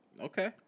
Okay